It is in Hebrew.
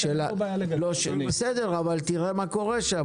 אין שם --- בסדר, אבל תראה מה קורה שם.